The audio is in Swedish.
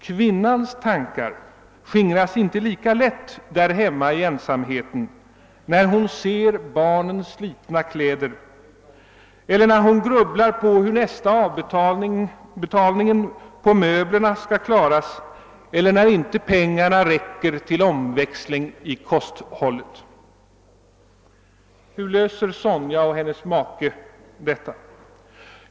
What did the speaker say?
Kvinnans tankar skingras inte lika lätt där hemma i ensamheten, när hon ser barnens slitna kläder eller när hon grubblar på nästa avbetalning på möblerna som skall klaras eller när inte pengarna räcker till omväxling i kosthållet. Hur löser Sonja och hennes make detta?